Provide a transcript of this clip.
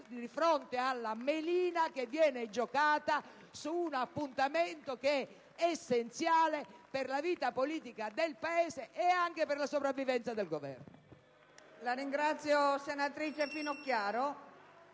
di fronte alla «melina» giocata su un appuntamento essenziale per la vita politica del Paese, e anche per la sopravvivenza del Governo.